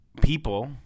people